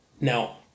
Now